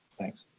thanks.